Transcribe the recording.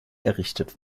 errichtet